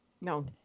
No